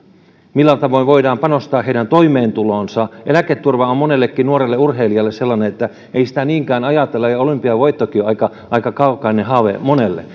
millä tavoin voidaan panostaa heidän toimeentuloonsa eläketurva on monelle nuorelle urheilijalle sellainen että ei sitä niinkään ajatella ja olympiavoittokin on aika aika kaukainen haave monelle